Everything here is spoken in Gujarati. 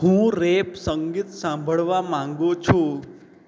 હું રેપ સંગીત સાંભળવા માગું છું